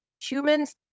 humans